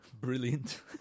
brilliant